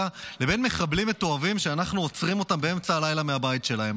לבין מחבלים מתועבים שאנחנו עוצרים אותם באמצע הלילה בבית שלהם.